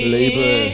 Label